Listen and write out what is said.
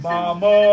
Mama